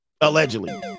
Allegedly